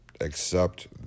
accept